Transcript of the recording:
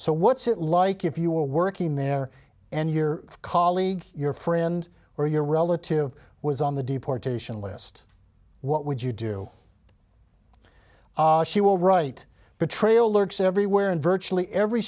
so what's it like if you were working there and your colleague your friend or your relative was on the deportation list what would you do she will write betrayal lurks everywhere in virtually every